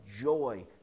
joy